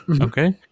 Okay